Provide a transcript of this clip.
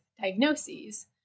diagnoses